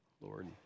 Lord